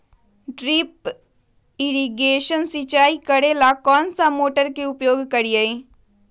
Drip irrigation सिंचाई करेला कौन सा मोटर के उपयोग करियई?